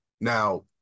now